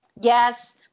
Yes